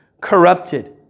corrupted